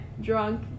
drunk